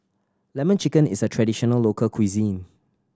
Lemon Chicken is a traditional local cuisine